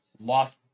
lost